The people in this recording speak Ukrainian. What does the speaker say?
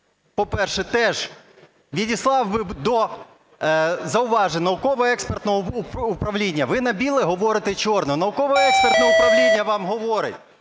по-перше, теж відіслав би до зауважень Науково-експертного управління. Ви на біле говорите чорне. Науково-експертне управління вам говорить,